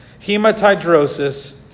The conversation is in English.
hematidrosis